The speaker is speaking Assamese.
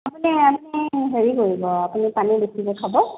আপুনি হেৰি কৰিব আপুনি পানী বেছিকে খাব